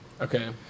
Okay